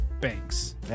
Banks